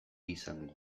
izango